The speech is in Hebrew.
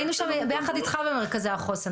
היינו שם ביחד איתך במרכזי החוסן,